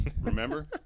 remember